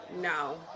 No